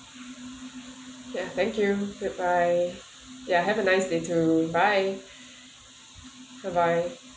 ya thank you goodbye ya have a nice day too bye bye bye